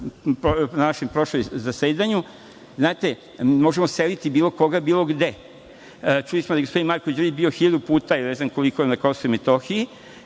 na prošlom zasedanju, znate možemo seliti bilo koga, bilo gde. Čuli smo da je gospodin Marko Đurić bio hiljadu puta, ne znam koliko, na Kosovu i Metohiji,